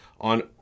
on